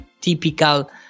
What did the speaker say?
typical